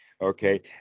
Okay